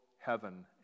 heaven